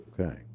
Okay